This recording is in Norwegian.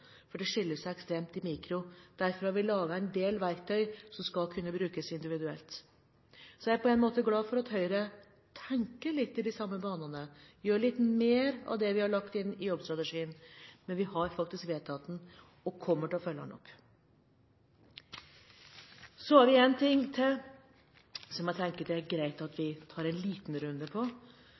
for det skiller seg ekstremt i mikro. Derfor har vi laget en del verktøy som skal kunne brukes individuelt. Jeg er på en måte glad for at Høyre tenker litt i de samme banene, gjør litt mer av det vi har lagt inn i jobbstrategien, men vi har faktisk vedtatt den og kommer til å følge den opp. Så er det en ting til som jeg tenker det er greit at vi tar en liten runde på.